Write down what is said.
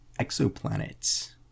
exoplanets